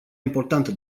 importantă